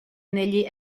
negli